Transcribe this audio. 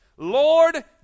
Lord